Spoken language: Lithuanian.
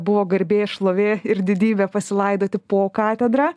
buvo garbė šlovė ir didybė pasilaidoti po katedra